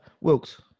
Wilkes